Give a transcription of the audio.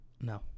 No